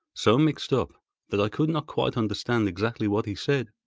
so mixed up that i could not quite understand exactly what he said,